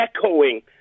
echoing